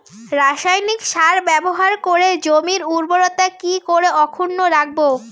রাসায়নিক সার ব্যবহার করে জমির উর্বরতা কি করে অক্ষুণ্ন রাখবো